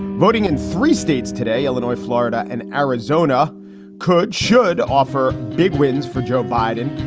voting in three states today, illinois, florida and arizona could should offer big wins for joe biden,